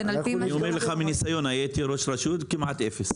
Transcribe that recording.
אני אומר לך מניסיון, הייתי ראש רשות כמעט אפס.